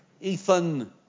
Ethan